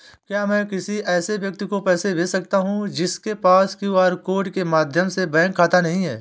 क्या मैं किसी ऐसे व्यक्ति को पैसे भेज सकता हूँ जिसके पास क्यू.आर कोड के माध्यम से बैंक खाता नहीं है?